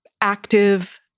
active